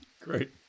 Great